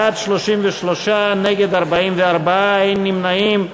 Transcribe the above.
בעד, 33, נגד, 44, אין נמנעים.